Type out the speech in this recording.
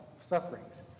sufferings